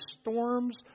storms